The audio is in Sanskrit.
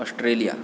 अश्ट्रेलिया